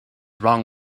wrong